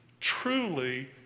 truly